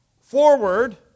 Forward